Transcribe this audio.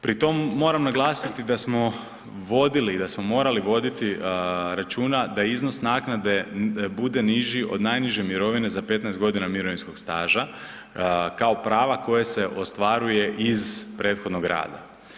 Pri tom moram naglasiti da smo vodili i da smo morali voditi računa da iznos naknade bude niži od najniže mirovine za 15 godina mirovinskog staža kao prava koje se ostvaruje iz prethodnog rada.